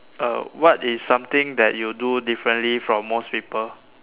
uh what is something that you do differently from most people